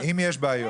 כן, אם יש בעיות.